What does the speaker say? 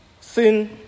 Sin